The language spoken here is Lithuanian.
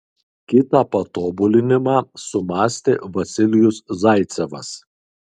kitą patobulinimą sumąstė vasilijus zaicevas